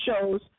shows